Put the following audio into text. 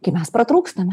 kai mes pratrūkstame